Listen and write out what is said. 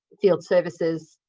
field services